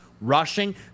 Rushing